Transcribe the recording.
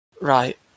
Right